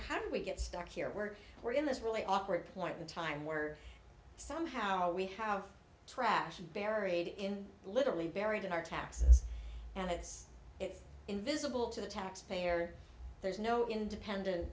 how do we get stuck here we're in this really awkward point in time we're somehow we have trash buried in literally buried in our taxes and it's it's invisible to the taxpayer there's no independent